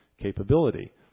capability